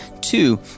Two